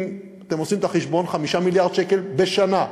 אם אתם עושים את החשבון, 5 מיליארד שקל בשנה.